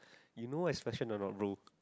you know what is fashion or not bro